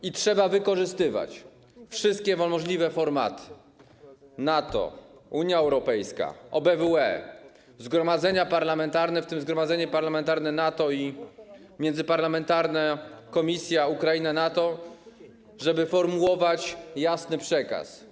I trzeba wykorzystywać wszystkie możliwe formaty: NATO, Unia Europejska, OBWE, zgromadzenia parlamentarne, w tym Zgromadzenie Parlamentarne NATO, i międzyparlamentarne: komisja, Ukraina, NATO, żeby formułować jasny przekaz.